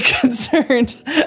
concerned